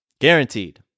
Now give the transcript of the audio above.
Guaranteed